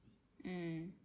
mm